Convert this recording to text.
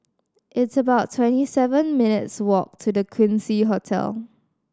it's about twenty seven minutes' walk to The Quincy Hotel